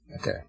okay